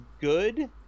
good